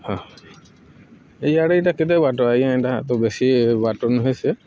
ହଁ ଏଆଡ଼େ ଇଟା କେତେ ବାଟ ଆଜ୍ଞା ଇଟା ଇଟା ତ ବେଶୀ ବାଟ ନୁହେଁ ସେ